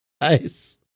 Nice